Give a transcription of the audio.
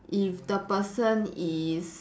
if the person is